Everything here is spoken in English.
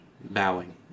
bowing